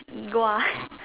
E